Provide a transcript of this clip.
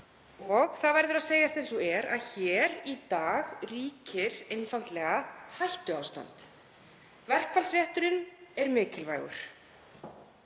Það verður að segjast eins og er að í dag ríkir einfaldlega hættuástand. Verkfallsrétturinn er mikilvægur.